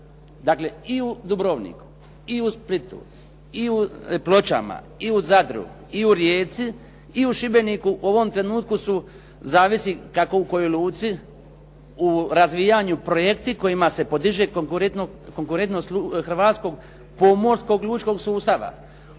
luke, i u Dubrovniku, i u Splitu, i u Pločama, i u Zadru, i u Rijeci, i u Šibeniku u ovom trenutku su zavisi kako u kojoj luci u razvijanju projekti kojima se podiže konkurentnost hrvatskog pomorskog lučkog sustava.